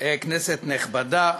כנסת נכבדה,